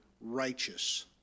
righteous